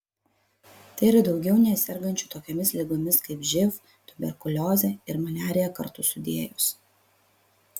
tai yra daugiau nei sergančių tokiomis ligomis kaip živ tuberkuliozė ir maliarija kartu sudėjus